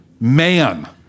man